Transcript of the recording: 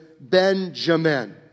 Benjamin